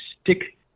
stick